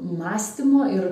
mąstymo ir